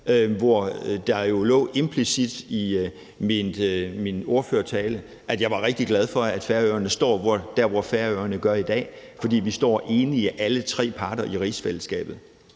og det lå jo implicit i min ordførertale, at jeg var rigtig glad for, at Færøerne står der, hvor Færøerne gør i dag, fordi alle tre parter i rigsfællesskabet